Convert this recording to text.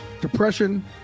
Depression